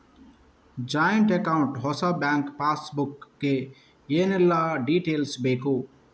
Joint account ಹೊಸ bank passbook ಗೆ ಏನೆಲ್ಲ ಡೀಟೇಲ್ಸ್ ಬೇಕು?